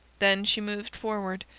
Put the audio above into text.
then she moved forward,